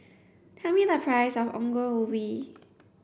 tell me the price of Ongol Ubi